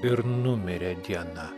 ir numirė diena